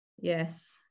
Yes